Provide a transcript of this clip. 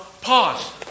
pause